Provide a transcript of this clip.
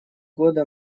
года